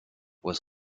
was